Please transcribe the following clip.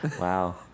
Wow